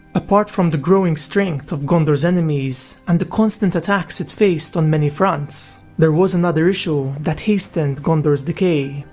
apart from the growing strength of gondor's enemies, and the constant attacks it faced on many fronts. there was another issue that hastened gondor's decay,